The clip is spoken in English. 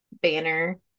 banner